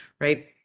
right